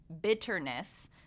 bitterness